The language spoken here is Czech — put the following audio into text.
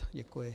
Děkuji.